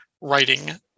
writing